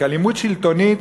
כי אלימות שלטונית,